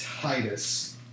Titus